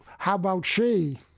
how about she?